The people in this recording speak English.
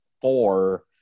four